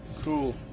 Cool